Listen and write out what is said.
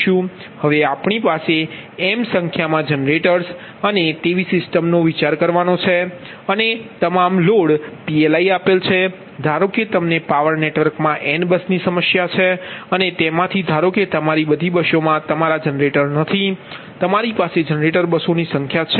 હવે આપણી પાસે એમ સંખ્યામાં જનરેટર્સ અને તેવી સિસ્ટમનો વિચાર કરો અને તમામ લોડ PLi આપેલ છે ધારો કે તમને પાવર નેટવર્કમાં n બસની સમસ્યા છે અને જેમાંથી ધારો કે તમારી બધી બસોમાં તમારા જનરેટર નથી તમારી પાસે જનરેટર બસો ની સંખ્યા છે